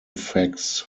facts